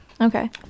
Okay